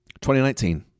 2019